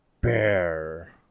bear